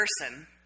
person